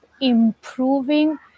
Improving